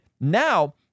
now